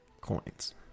Coins